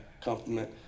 compliment